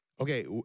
Okay